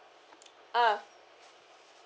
ah